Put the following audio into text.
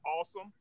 awesome